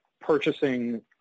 purchasing